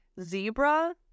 zebra